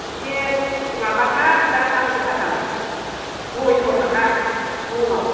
एसे माबाथार दा दाम गोसाथार नयस' थाखा मनाव